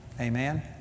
Amen